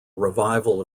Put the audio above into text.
revival